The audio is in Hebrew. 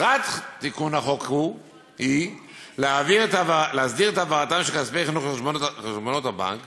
מטרת תיקון החוק היא להסדיר את העברתם של כספי חינוך לחשבונות הבנק